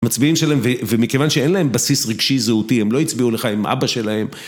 מצביעים שלהם, ומכיוון שאין להם בסיס רגשי זהותי, הם לא יצביעו לך אם אבא שלהם.